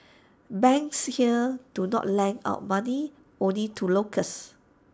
banks here do not lend out money only to locals